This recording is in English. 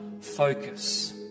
focus